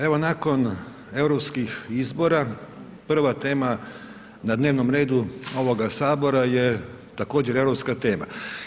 Evo nakon europskih izbora, prva tema na dnevnom redu ovoga Sabora je također europska tema.